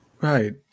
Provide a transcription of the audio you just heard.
Right